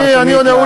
אני עונה,